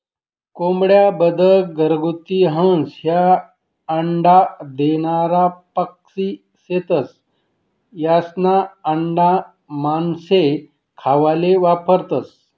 कोंबड्या, बदक, घरगुती हंस, ह्या अंडा देनारा पक्शी शेतस, यास्ना आंडा मानशे खावाले वापरतंस